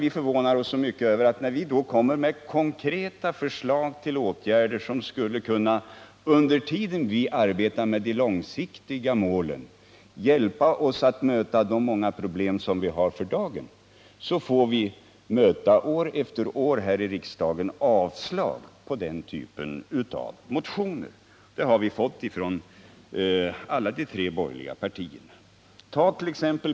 Vi förvånar oss därför mycket över att när vi kommer med konkreta förslag på åtgärder som — under tiden vi arbetar med de långsiktiga målen — skulle kunna hjälpa oss att möta de många problem vi har för dagen, så får vi år efter år här i riksdagen möta avslag på den typen av motioner. Det har vi fått ifrån alla de tre borgerliga partierna.